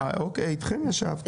אה, איתכם ישבתי.